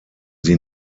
sie